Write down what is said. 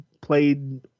played